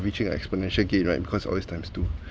breaching exponential gain right because always times two